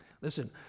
Listen